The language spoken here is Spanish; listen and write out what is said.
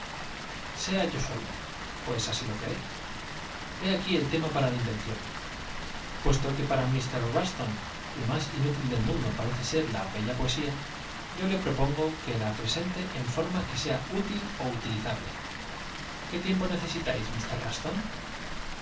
sea yo solo pues así lo queréis he aquí el tema para la invención puesto que para mister russton lo más inútil del mundo parece ser la bella poesía yo le sea útil ó uti propongo que la presente en forma que lizable